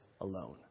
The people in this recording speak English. alone